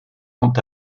quant